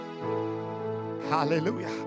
hallelujah